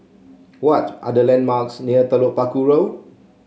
what are the landmarks near Telok Paku Road